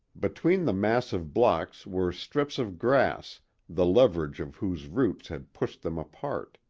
between the massive blocks were strips of grass the leverage of whose roots had pushed them apart.